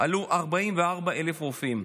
עלו 44,000 רופאים.